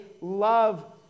love